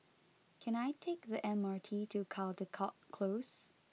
can I take the M R T to Caldecott Close